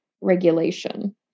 regulation